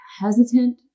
hesitant